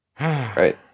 Right